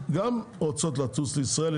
גם רוצות לטוס לישראל.